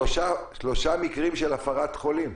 שלושה מקרים של הפרת חולים.